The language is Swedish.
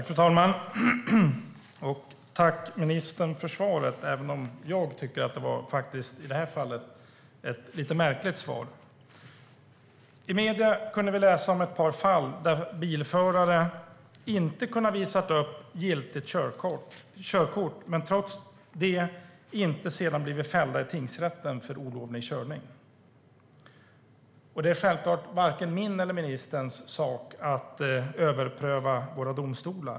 Fru talman! Tack, ministern, för svaret, även om jag tycker att det i det här fallet var ett lite märkligt svar. I medierna kunde vi läsa om ett par fall där bilförare inte har kunnat visa upp giltigt körkort men trots det sedan inte blivit fällda i tingsrätten för olovlig körning. Det är självklart varken min eller ministerns sak att överpröva våra domstolar.